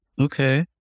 okay